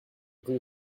rue